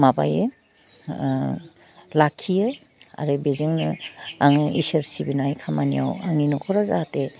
माबायो ओह लाखियो आरो बेजोंनो आङो ईश्वोर सिबिनाय खामानियाव आंनि नख'राव जाहाथे